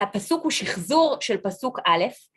‫הפסוק הוא שחזור של פסוק א',